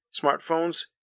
smartphones